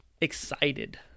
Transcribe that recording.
excited